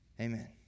Amen